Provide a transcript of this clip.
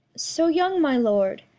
so young, my lord,